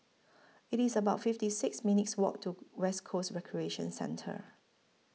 IT IS about fifty six minutes' Walk to West Coast Recreation Centre